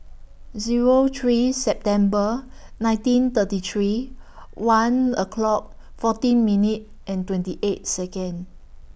Zero three September nineteen thirty three one o'clock fourteen minute and twenty eight Second